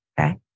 Okay